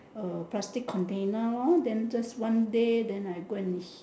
uh plastic container lor then just one day then I go and